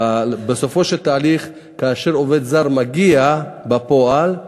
ובסופו של התהליך, כאשר עובד זר מגיע בפועל,